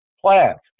Plants